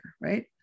right